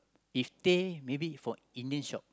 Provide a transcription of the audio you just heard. if teh maybe for Indian shop